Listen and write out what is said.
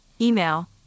email